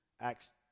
Acts